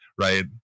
right